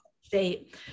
state